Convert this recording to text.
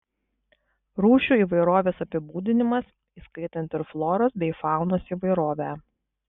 rūšių įvairovės apibūdinimas įskaitant ir floros bei faunos įvairovę